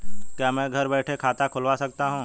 क्या मैं घर बैठे खाता खुलवा सकता हूँ?